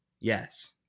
Yes